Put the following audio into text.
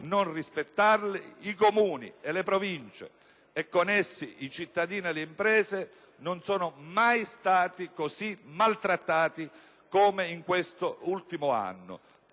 non rispettarli. I Comuni e le Province e, con essi, i cittadini e le imprese non sono mai stati così maltrattati come in questo ultimo anno,